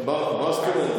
מה זאת אומרת?